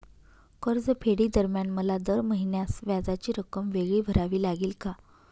कर्जफेडीदरम्यान मला दर महिन्यास व्याजाची रक्कम वेगळी भरावी लागेल का?